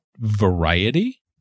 variety